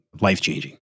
life-changing